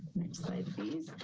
next slide